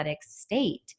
state